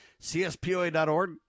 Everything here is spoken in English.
CSPOA.org